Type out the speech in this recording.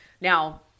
Now